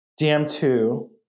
dm2